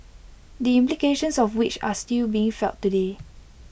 the implications of which are still being felt today